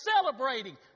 celebrating